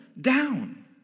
down